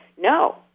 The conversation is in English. no